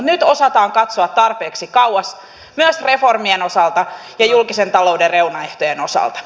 nyt osataan katsoa tarpeeksi kauas myös reformien osalta ja julkisen talouden reunaehtojen osalta